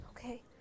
Okay